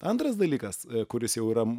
antras dalykas kuris jau yra